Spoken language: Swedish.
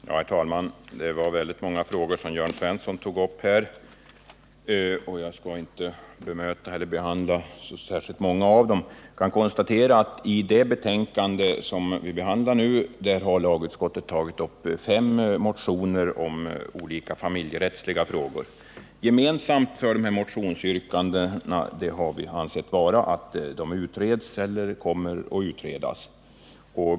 Herr talman! Det var väldigt många frågor som Jörn Svensson tog upp här, och jag skall inte bemöta eller behandla så många av dem. I det betänkande vi nu behandlar har lagutskottet tagit upp fem motioner om olika familjerättsliga frågor. Gemensamt för de här motionsyrkandena har vi ansett vara att de utreds eller kommer att utredas av familjelagssakkunniga.